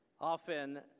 Often